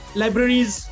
libraries